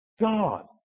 God